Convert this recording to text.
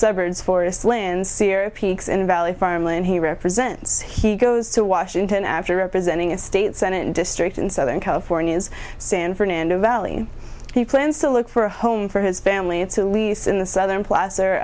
suburbs forest lynsey or peaks in the valley farmland he represents he goes to washington after representing a state senate and destroy in southern california's san fernando valley he plans to look for a home for his family to lease in the southern pl